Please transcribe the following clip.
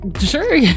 Sure